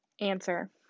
answer